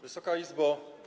Wysoka Izbo!